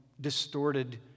distorted